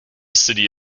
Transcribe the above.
city